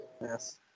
Yes